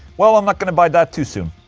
well, i'm not gonna buy that too soon.